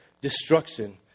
destruction